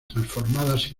transformadas